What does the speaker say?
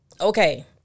okay